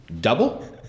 double